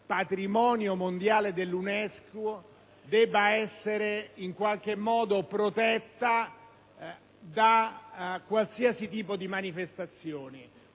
patrimonio mondiale dell'UNESCO - debba essere in qualche modo protetta da qualsiasi tipo di manifestazione.